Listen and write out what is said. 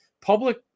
public